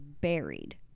buried